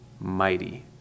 mighty